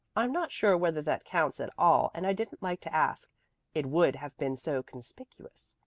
i'm not sure whether that counts at all and i didn't like to ask it would have been so conspicuous.